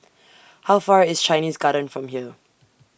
How Far IS Chinese Garden from here